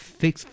fix